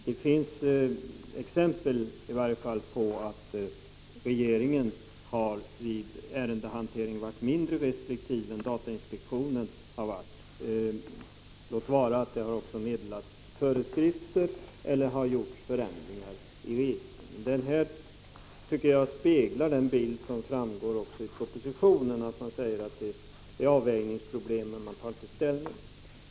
Det finns i varje fall exempel på att regeringen vid ärendehanteringen har varit mindre restriktiv än datainspektionen, låt vara att det också har meddelats föreskrifter eller gjorts förändringar i registren. Jag tycker att detta speglar den bild som också framgår av propositionen. Man säger att det är avvägningsproblem, men man tar inte ställning.